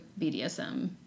BDSM